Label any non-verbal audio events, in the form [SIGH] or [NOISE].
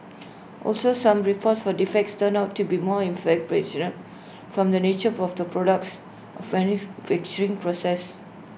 also some reports for defects turned out to be [UNINTELLIGIBLE] from the nature of the products or [UNINTELLIGIBLE] processes